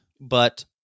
but-